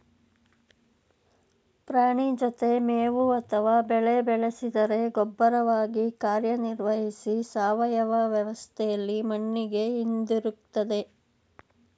ಪ್ರಾಣಿ ಜೊತೆ ಮೇವು ಅಥವಾ ಬೆಳೆ ಬೆಳೆಸಿದರೆ ಗೊಬ್ಬರವಾಗಿ ಕಾರ್ಯನಿರ್ವಹಿಸಿ ಸಾವಯವ ವ್ಯವಸ್ಥೆಲಿ ಮಣ್ಣಿಗೆ ಹಿಂದಿರುಗ್ತದೆ